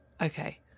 okay